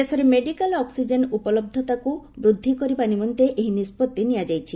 ଦେଶରେ medical oxygen ଉପଲବ୍ଧତାକୁ ବୃଦ୍ଧି କରିବା ନିମନ୍ତେ ଏହି ନିଷ୍ପଭି ନିଆଯାଇଛି